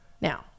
Now